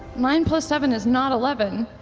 nine plus seven is not eleven.